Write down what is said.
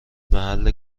محل